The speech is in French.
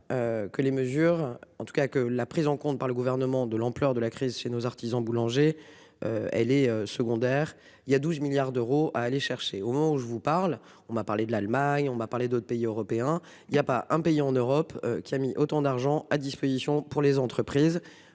Que les mesures en tout cas que la prise en compte par le gouvernement de l'ampleur de la crise chez nos artisans boulangers. Elle est secondaire. Il y a 12 milliards d'euros à aller chercher au moment où je vous parle, on m'a parlé de l'Allemagne. On m'a parlé d'autres pays européens, il y a pas un pays en Europe qui a mis autant d'argent à disposition pour les entreprises.